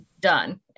done